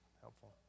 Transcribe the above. helpful